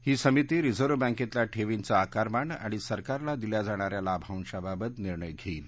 ही समिती रिझर्व्ह बँकेतल्या ठेवींचं आकारमान आणि सरकारला दिल्या जाणाऱ्या लाभांशाबाबत निर्णय घेईल